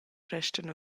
restan